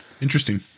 interesting